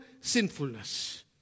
sinfulness